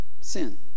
Sin